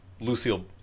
Lucille